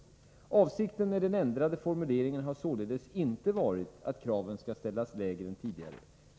Avsikten med den ändrade formuleringen har således inte varit att kraven skall ställas lägre än tidigare.